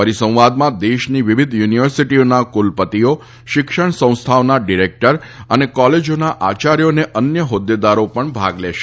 પરિસંવાદમાં દેશની વિવિધ યુનિવર્સિટીઓના કુલપતિઓ શિક્ષણ સંસ્થાઓના ડિરેક્ટર અને કોલેજોના આચાર્યો અને અન્ય હોદ્દેદારો પણ ભાગ લેશે